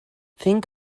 think